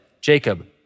Jacob